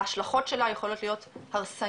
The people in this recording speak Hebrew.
ההשלכות שלה יכולות להיות הרסניות,